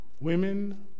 Women